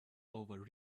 over